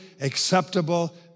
acceptable